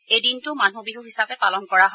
এই দিনটো মানুহ বিছ হিচাপে পালন কৰা হয়